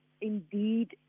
indeed